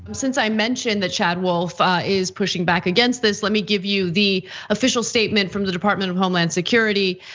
since i mentioned the chad wolf is pushing back against this. let me give you the official statement from the department of homeland security.